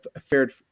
fared